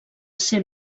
ser